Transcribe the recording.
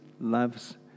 loves